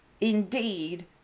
Indeed